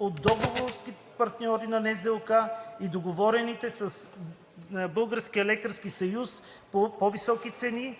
от договорните партньори на НЗОК и договорените с Българския лекарски съюз по-високи цени